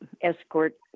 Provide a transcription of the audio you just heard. escort